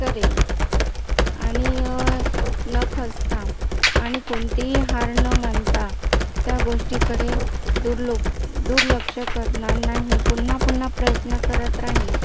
करेन आणि न खचता आणि कोणतीही हार न मानता त्या गोष्टीकडे दुर्लक दुर्लक्ष करणार नाही पुन्हा पुन्हा प्रयत्न करत राहीन